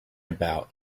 about